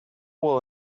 will